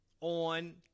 on